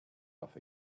off